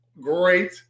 great